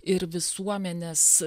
ir visuomenės